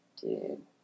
Dude